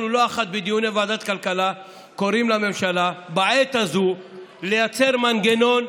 אנחנו לא אחת בדיוני ועדת הכלכלה קוראים לממשלה בעת הזאת לייצר מנגנון